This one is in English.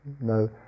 no